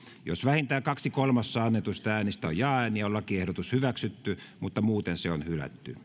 jos vähintään kaksi kolmasosaa annetuista äänistä on jaa ääniä on lakiehdotus hyväksytty mutta muuten se on hylätty